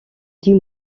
dix